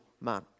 man